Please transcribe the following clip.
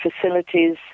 facilities